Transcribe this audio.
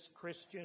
Christian